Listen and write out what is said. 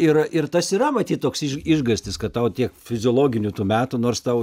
ir ir tas yra matyt toks išgąstis kad tau tiek fiziologiniu tų metų nors tau